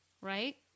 right